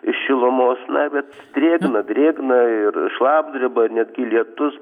šilumos na bet drėgna drėgna ir šlapdriba netgi lietus